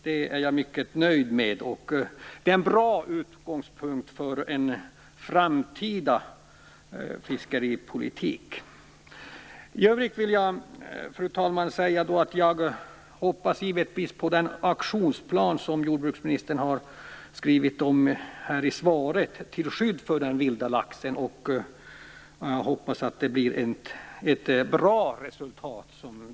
Det är jag mycket nöjd med, och det är en bra utgångspunkt för den framtida fiskeripolitiken. För övrigt hoppas jag givetvis på den aktionsplan till skydd för den vilda laxen som jordbruksministern nämner i svaret. Jag hoppas att vi får glädjen att se ett bra resultat.